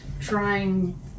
trying